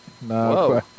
No